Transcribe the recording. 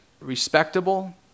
respectable